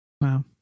Wow